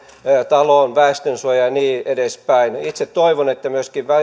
taloon väestönsuoja ja niin edespäin itse toivon että myöskin